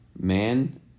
man